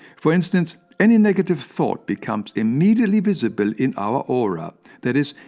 for instance, any negative thought becomes immediately visible in our aura, that is,